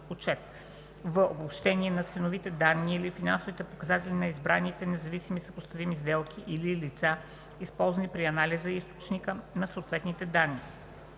отчет; в) обобщение на ценовите данни или финансовите показатели на избраните независими съпоставими сделки или лица, използвани при анализа, и източника на съответните данни.